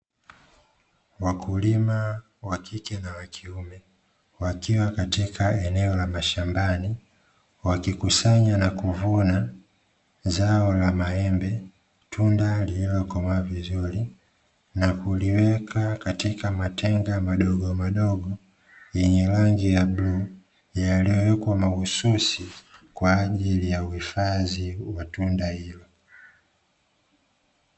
Wakulima wa kike na wa kiume wakiwa katika eneo la shambani, wakikusanya na kuvuna zao la maembe. Tunda lililokomaa vizuri na kuliweka katika matenga madogomadogo yenye rangi ya bluu, yaliyowekwa mahususi kwa ajili ya uhifadhi wa tunda hilo.